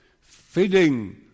fitting